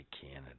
Canada